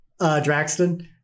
Draxton